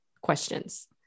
questions